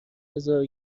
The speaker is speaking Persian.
هزار